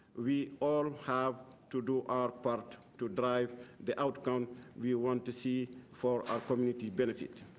we all have to do our part to drive the outcome we want to see for our community benefits.